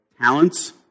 talents